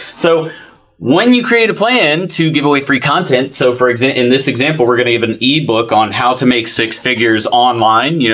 so when you create a plan to giveaway free content, so for, in this example, we are going to give an ebook on how to make six figures online, you know,